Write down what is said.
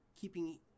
keeping